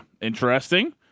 interesting